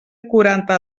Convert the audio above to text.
quaranta